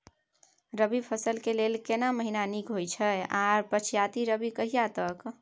रबी फसल के लेल केना महीना नीक होयत अछि आर पछाति रबी कहिया तक?